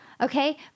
Okay